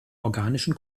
organischen